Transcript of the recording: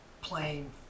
playing